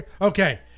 Okay